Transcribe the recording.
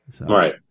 right